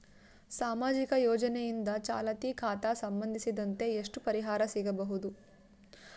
ಸಾಮಾಜಿಕ ಯೋಜನೆಯಿಂದ ಚಾಲತಿ ಖಾತಾ ಸಂಬಂಧಿಸಿದಂತೆ ಎಷ್ಟು ಪರಿಹಾರ ಸಿಗಬಹುದು?